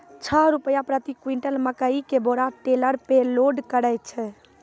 छह रु प्रति क्विंटल मकई के बोरा टेलर पे लोड करे छैय?